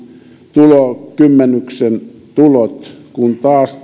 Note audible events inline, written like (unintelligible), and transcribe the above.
tulokymmenyksen tulot kun taas (unintelligible)